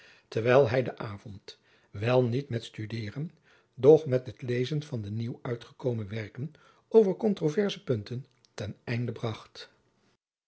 terwijl hij den avond wel niet met studeeren doch met het lezen van de nieuw uitgekomen werken over controverse punten ten einde